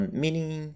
meaning